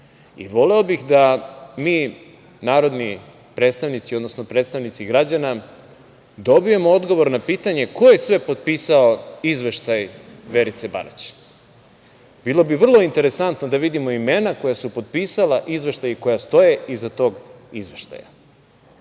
Voleo bih da mi, narodni predstavnici, odnosno predstavnici građana dobijemo odgovor na pitanje ko je sve potpisao izveštaj Verice Barać? Bilo bi vrlo interesantno da vidimo imena koja su potpisala izveštaj koji stoje iza tog izveštaja? Inače,